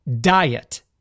diet